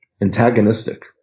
antagonistic